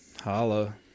Holla